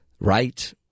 right